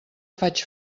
faig